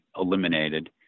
eliminated